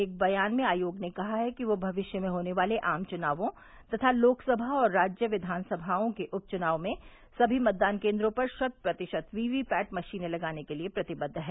एक बयान में आयोग ने कहा है कि वह भविष्य में होने वाले आम चुनावों तथा लोकसभा और राज्य विद्यानसभाओं के उपचुनावों में सभी मतदान केन्द्रों पर शत प्रतिशत वीवीपैट मशीनें लगाने के लिए प्रतिबद्ध है